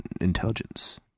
intelligence